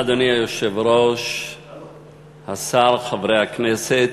אדוני היושב-ראש, השר, חברי הכנסת,